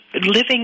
Living